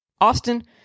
Austin